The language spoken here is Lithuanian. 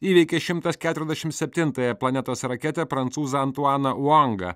įveikė šimtas keturiasdešimt septintąją planetos raketę prancūzą antuaną uangą